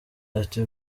ati